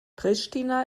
pristina